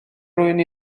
rywun